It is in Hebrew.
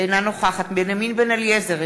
אינה נוכחת בנימין בן-אליעזר,